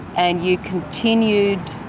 and you continued,